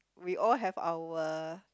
we all have our